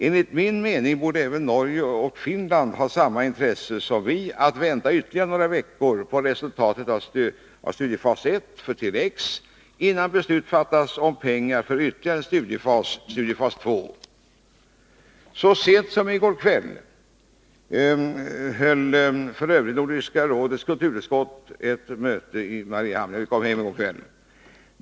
Enligt min mening borde Norge och Finland, i likhet med Sverige, vara intresserade av att vänta ytterligare några veckor på resultatet av studiefas 1 för Tele-X, innan beslut fattas om pengar för ytterligare en studiefas, studiefas 2. Så sent som i går höll f. ö. Nordiska rådets kulturutskott ett möte i Mariehamn.